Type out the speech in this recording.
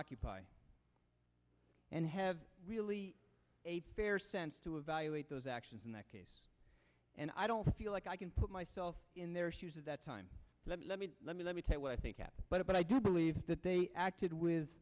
occupy and have really a fair sense to evaluate those actions in that case and i don't feel like i can put myself in their shoes at that time let me let me let me let me tell you what i think happened but i do believe that they acted with